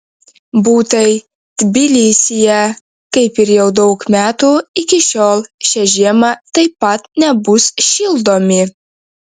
butai tbilisyje kaip ir jau daug metų iki šiol šią žiemą taip pat nebus šildomi